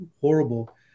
horrible